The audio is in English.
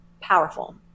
powerful